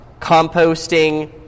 composting